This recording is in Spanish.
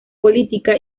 política